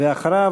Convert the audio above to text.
ואחריו,